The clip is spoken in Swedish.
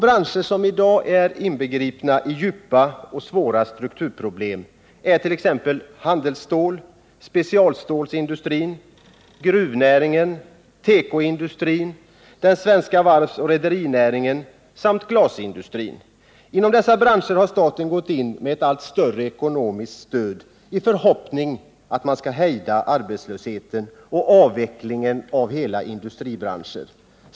Branscher som i dag är inbegripna i djupa och svåra strukturproblem är handelsstålsoch specialstålsindustrin, gruvnäringen, tekoindustrin, den svenska varvsoch rederinäringen samt glasindustrin. Inom dessa branscher har staten gått in med ett allt större ekonomiskt stöd i förhoppningen att hejda arbetslösheten och avveckling av hela industribranscher.